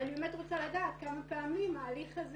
אז אני באמת רוצה לדעת כמה פעמים ההליך הזה